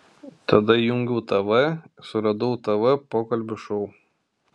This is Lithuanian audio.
tada įjungiau tv suradau tv pokalbių šou